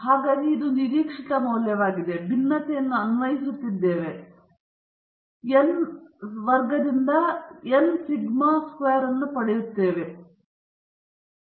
ಆದ್ದರಿಂದ ಹಿಂದಿನದು ನಿರೀಕ್ಷಿತ ಮೌಲ್ಯವಾಗಿತ್ತು ಈಗ ನಾವು ಭಿನ್ನತೆಯನ್ನು ಅನ್ವಯಿಸುತ್ತಿದ್ದೇವೆ ಮತ್ತು n ವರ್ಗದಿಂದ ನಾವು n ಸಿಗ್ಮಾ ವರ್ಗವನ್ನು ಪಡೆಯುತ್ತೇವೆ ಅದು n ನಿಂದ ಸಿಗ್ಮಾ ವರ್ಗವಾಗಿರುತ್ತದೆ